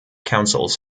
councils